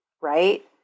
right